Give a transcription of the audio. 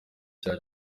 cya